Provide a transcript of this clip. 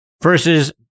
versus